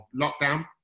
lockdown